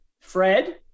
Fred